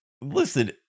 listen